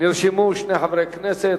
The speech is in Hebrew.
נרשמו שני חברי כנסת.